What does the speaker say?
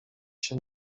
się